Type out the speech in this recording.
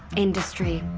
industry.